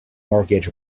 mortgage